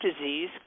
disease